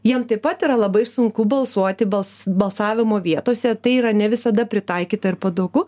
jiem taip pat yra labai sunku balsuoti bals balsavimo vietose tai yra ne visada pritaikyta ir patogu